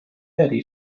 very